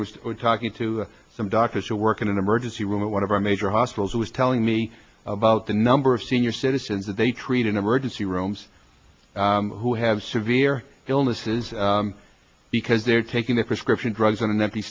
i was talking to some doctors who work in an emergency room at one of our major hospitals who was telling me about the number of senior citizens that they treat in emergency rooms who have severe illnesses because they're taking the prescription drugs on an empty